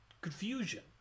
confusion